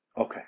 Okay